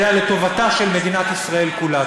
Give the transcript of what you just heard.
אלא לטובתה של מדינת ישראל כולה.